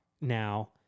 now